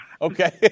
Okay